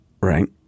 right